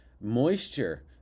moisture